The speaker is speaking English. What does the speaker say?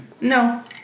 No